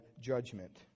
judgment